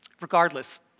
Regardless